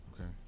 Okay